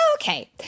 Okay